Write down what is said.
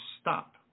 stop